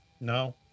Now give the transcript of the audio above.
No